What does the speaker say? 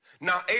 now